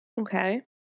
Okay